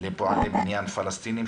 לפועלי בניין פלסטינים,